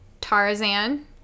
tarzan